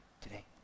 today